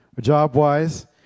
job-wise